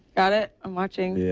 got it? i'm watching.